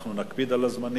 אנחנו נקפיד על הזמנים,